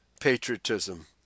patriotism